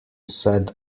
said